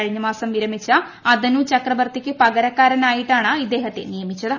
കഴിഞ്ഞ മാസം വിരമിച്ച അതനു ചക്രബർത്തിക്കു പകരക്കാരനായിട്ടാണ് ഇദ്ദേഹത്തെ നിയമിച്ചത്